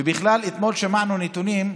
ובכלל, אתמול שמענו נתונים,